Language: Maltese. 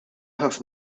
ħafna